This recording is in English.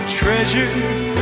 treasures